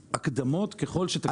הקדמות ככל שהתקציב יהפוך לחסם אפקטיבי.